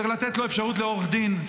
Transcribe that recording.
צריך לתת לו אפשרות לעורך דין.